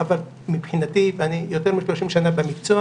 אבל מבחינתי ואני יותר מ-30 שנה במקצוע